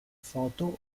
foto